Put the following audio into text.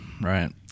right